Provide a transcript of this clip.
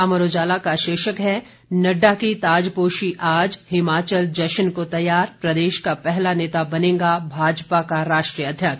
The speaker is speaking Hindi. अमर उजाला का शीर्षक है नड्डा की ताजपोशी आज हिमाचल जश्न को तैयार प्रदेश का पहला नेता बनेगा भाजपा का राष्ट्रीय अध्यक्ष